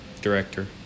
Director